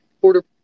border